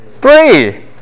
Three